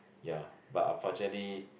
ya but unfortunately